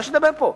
מה יש לדבר פה?